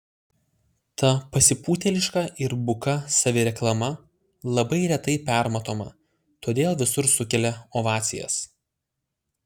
ta pasipūtėliška ir buka savireklama labai retai permatoma todėl visur sukelia ovacijas